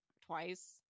twice